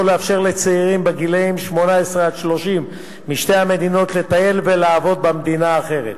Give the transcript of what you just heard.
לאפשר לצעירים בני 18 30 משתי המדינות לטייל ולעבוד במדינה האחרת